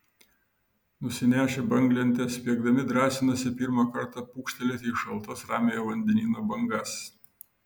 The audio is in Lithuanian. nusinešę banglentes spiegdami drąsinosi pirmą kartą pūkštelėti į šaltas ramiojo vandenyno bangas